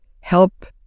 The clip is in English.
help